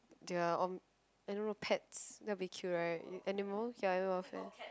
their own animal pets that would be cute right animals ya